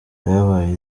byabaye